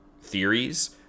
theories